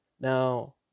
Now